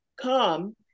come